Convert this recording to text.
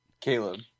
Caleb